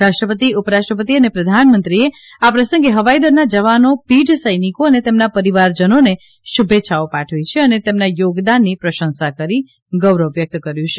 રાષ્ટ્રપતિ ઉપરાષ્ટ્રપતિ અને પ્રધાનંમત્રીએ આ પ્રસંગે હવાઇદળના જવાનો પીઢ સૈનિકો અને તેમના પરિવારજનોને શુલેચ્છાઓ પાઠવી છે અને તેમના થોગદાનની પ્રશંસા કરી ગૌરવ વ્યકત કર્યું છે